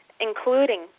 including